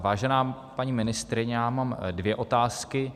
Vážená paní ministryně, mám dvě otázky.